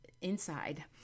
inside